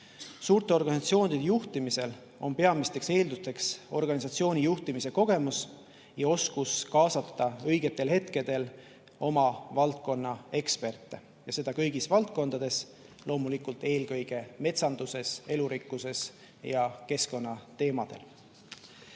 Suurte organisatsioonide juhtimisel on peamisteks eeldusteks organisatsiooni juhtimise kogemus ja oskus kaasata õigetel hetkedel oma valdkonna eksperte ja seda kõigis valdkondades, loomulikult eelkõige metsanduses, elurikkuse ja keskkonna teemadel.